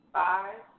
five